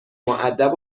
مودب